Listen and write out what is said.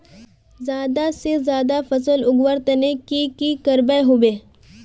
ज्यादा से ज्यादा फसल उगवार तने की की करबय होबे?